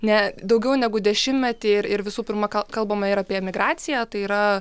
ne daugiau negu dešimtmetį ir ir visų pirma ka kalbama ir apie emigraciją tai yra